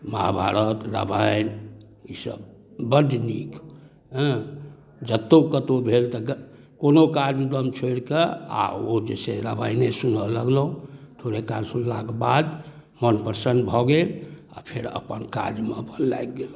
महाभारत रामायण ईसब बड़ नीक हँ जतऽ कतहु भेल तऽ कोनो काज उदम छोड़िकऽ आओर ओ जे छै रामायणे सुनऽ लगलहुँ थोड़ेकाल सुनलाके बाद मोन प्रसन्न भऽ गेल आओर फेर अपन काजमे अपन लागि गेलहुँ